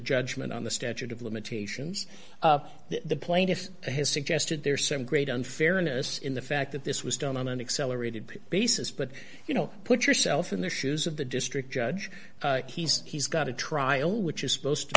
judgment on the statute of limitations of the plaintiff has suggested there are some great unfairness in the fact that this was done on an accelerated basis but you know put yourself in the shoes of the district judge he's he's got a trial which is supposed to